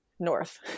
north